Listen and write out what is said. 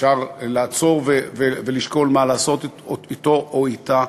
אפשר לעצור ולשקול מה לעשות אתו או אתה.